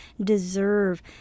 deserve